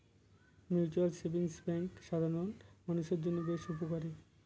mutual savings bank সাধারন মানুষের জন্য বেশ উপকারী